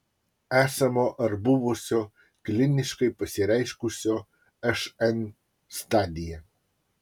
esamo ar buvusio kliniškai pasireiškusio šn stadija